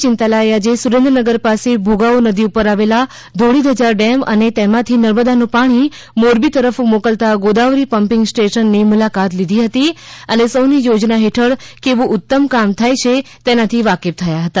ચિંતાલાએ આજે સુરેન્દ્રનગર પાસે ભોગાવો નદી ઉપર આવેલા ધોળીધજા ડેમ અને તેમાથી નર્મદાનું પાણી મોરબી તરફ મોકલતા ગોદાવરી પમ્પીંગ સ્ટેશનની મુલાકાત લીધી હતી અને સૌની યોજના હેઠળ કેવું ઉત્તમ કામ થયું છે તેનાથી વાકેફ થયા હતા